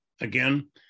again